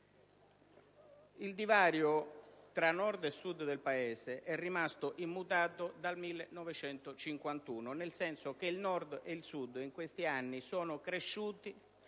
il divario tra Nord e Sud del Paese è rimasto immutato dal 1951, nel senso che il Nord e il Sud in questi anni sono cresciuti,